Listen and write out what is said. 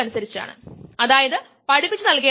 അതിനാൽ അത് മുകളിലോട്ട് പോകുന്നു